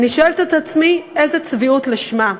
אני שואלת את עצמי, איזו צביעות לשמה,